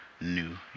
new